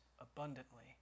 abundantly